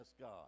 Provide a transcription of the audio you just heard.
God